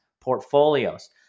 portfolios